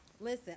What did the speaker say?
listen